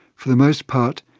for the most part,